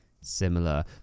similar